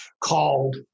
called